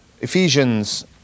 Ephesians